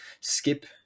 Skip